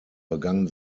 begann